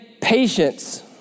patience